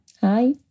hi